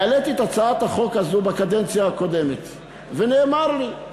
העליתי את הצעת החוק הזאת בקדנציה הקודמת ונאמר לי,